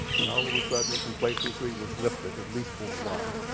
and all of a sudden, complacency was lifted, at least for a while.